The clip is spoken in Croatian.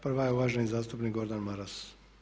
Prva je uvaženi zastupnik Gordan Maras.